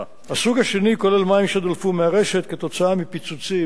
הסוג השני כולל מים שדלפו מהרשת כתוצאה מפיצוצים